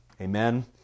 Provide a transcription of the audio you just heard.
Amen